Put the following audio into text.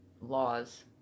laws